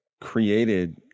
created